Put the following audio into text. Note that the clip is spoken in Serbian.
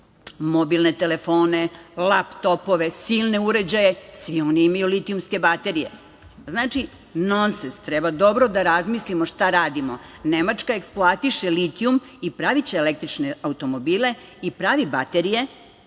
mobilne telefone, laptopove, silne uređaje, svi oni imaju litijumske baterije. Znači, nonses. Treba dobro da razmislimo šta radimo. Nemačka eksploatiše litijum i praviće električne automobile i pravi baterije,